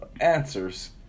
answers